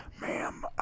ma'am